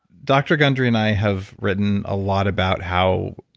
dr. gundry and i have written a lot about how,